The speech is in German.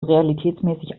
realitätsmäßig